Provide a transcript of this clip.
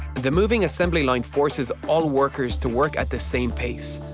the moving assembly line forces all workers to work at the same pace.